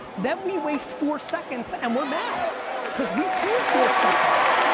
then we waste four seconds and we're mad cause we feel four seconds.